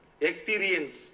experience